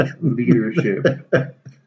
Leadership